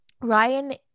Ryan